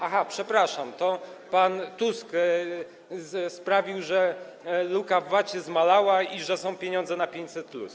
Aha, przepraszam, to pan Tusk sprawił, że luka w VAT zmalała i że są pieniądze na 500+.